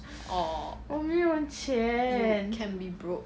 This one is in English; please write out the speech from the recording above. or you can be broke